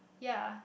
ya